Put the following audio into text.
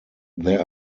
there